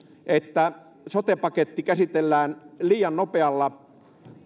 että sote paketti käsitellään liian nopealla